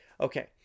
Okay